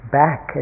back